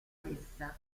stessa